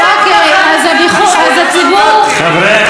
אני מעוניין לשמוע את תשובת שרת המשפטים.